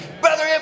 Brother